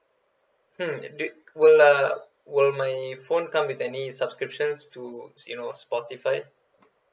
mm do will uh will my phone come with any subscriptions to you know spotify